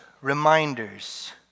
reminders